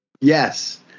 Yes